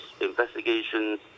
investigations